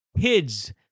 Kids